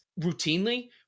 routinely